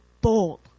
bold